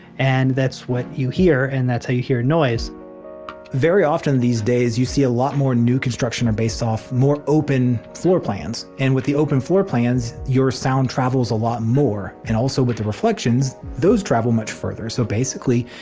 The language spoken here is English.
and that's what you hear and that's how you hear noise very often these days, you see a lot more new constructions are based off of more open floor plans. and with the open floor plans, your sound travels a lot more and also with the reflections, those travel much further. so basically,